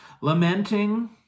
Lamenting